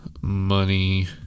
money